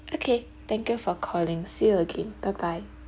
okay thank you for calling see you again bye bye